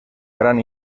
gran